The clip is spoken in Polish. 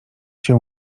się